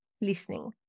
listening